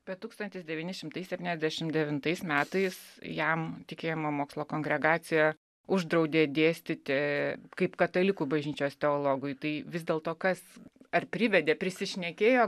bet tūkstantis devyni šimtai septyniasdešimt devintais metais jam tikėjimo mokslo kongregacija uždraudė dėstyti kaip katalikų bažnyčios teologui tai vis dėl to kas ar privedė prisišnekėjo